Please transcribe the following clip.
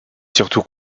surtout